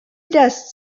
das